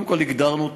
קודם כול הגדרנו אותם,